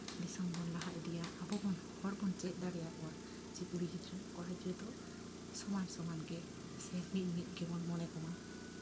ᱫᱤᱥᱚᱢ ᱵᱚᱱ ᱞᱟᱦᱟ ᱤᱫᱤᱭᱟ ᱟᱵᱚ ᱵᱚᱱ ᱦᱚᱲ ᱵᱚᱱ ᱪᱮᱫ ᱫᱟᱲᱮ ᱟᱠᱚᱣᱟ ᱡᱮ ᱠᱩᱲᱤ ᱜᱤᱫᱽᱨᱟᱹ ᱠᱚᱲᱟ ᱜᱤᱫᱽᱨᱟᱹ ᱫᱚ ᱥᱚᱢᱟᱱ ᱥᱚᱢᱟᱱ ᱜᱮ ᱥᱮ ᱢᱤᱫ ᱢᱤᱫ ᱜᱮᱵᱚᱱ ᱢᱚᱱᱮ ᱠᱚᱢᱟ